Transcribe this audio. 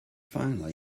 finally